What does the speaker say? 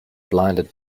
blinded